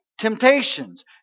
temptations